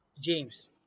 james